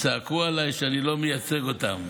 צעקו עליי שאני לא מייצג אותם.